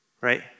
right